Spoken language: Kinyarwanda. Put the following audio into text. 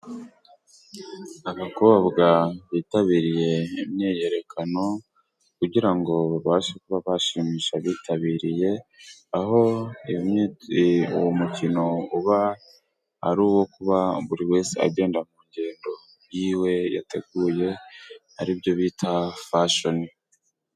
Abakobwa bitabiriye imyiyerekano kugira ngo babashe kuba bashimisha abitabiriye, aho iyo myi ee uwo mukino uba ari uwo kuba buri wese agenda ku ngendo y'iwe yateguye, aribyo bita fashoni.